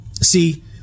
See